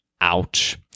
ouch